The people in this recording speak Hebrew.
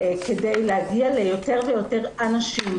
כדי להגיע ליותר ויותר אנשים,